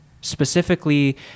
specifically